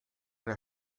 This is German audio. der